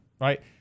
right